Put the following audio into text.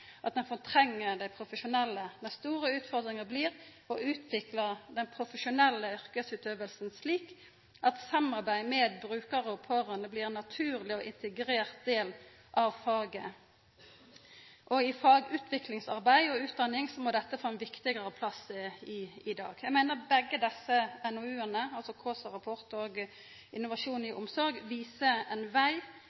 blir ein naturleg og integrert del av faget. I fagutviklingsarbeid og utdanning må dette få ein viktigare plass enn i dag. Eg meiner at begge desse NOU-ane, altså Kaasa-rapporten og Innovasjon i